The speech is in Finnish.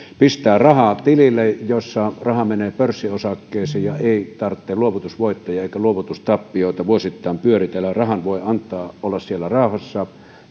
pistää rahaa tilille jolla raha menee pörssiosakkeisiin ja ei tarvitse luovutusvoittoja eikä luovutustappioita vuosittain pyöritellä rahan voi antaa olla siellä rauhassa